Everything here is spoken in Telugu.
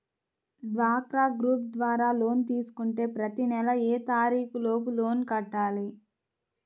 డ్వాక్రా గ్రూప్ ద్వారా లోన్ తీసుకుంటే ప్రతి నెల ఏ తారీకు లోపు లోన్ కట్టాలి?